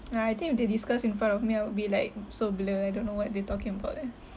uh I think if they discuss in front of me I would be like so blur I don't know what they talking about eh